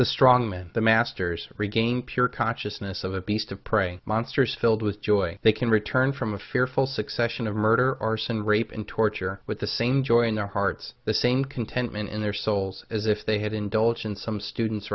the strongmen the masters regain pure consciousness of a beast of prey monsters filled with joy they can return from a fearful succession of murder arson rape and torture with the same joy in their hearts the same contentment in their souls as if they had indulged in some students